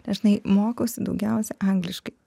dažnai mokausi daugiausiai angliškai